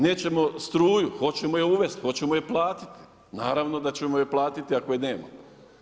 Nećemo struju, hoćemo je uvest, hoćemo je platiti, naravno da ćemo je platiti ako je nemamo.